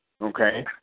Okay